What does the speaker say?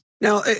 Now